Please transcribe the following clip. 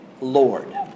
Lord